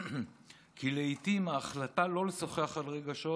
כי לעיתים ההחלטה לא לשוחח על רגשות